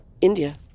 India